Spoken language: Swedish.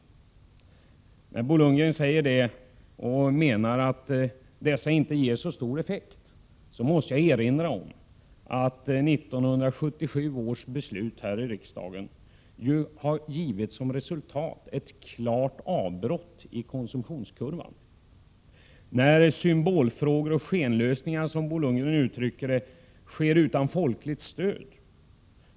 När Bo Lundgren säger att sådana åtgärder inte skulle få så stor effekt, måste jag erinra om att 1977 års beslut här i riksdagen har givit som resultat ett klart avbrott i konsumtionskurvan. Bo Lundgren säger att dessa, som han kallar dem, symbolfrågor och skenlösningar sker utan folkligt stöd.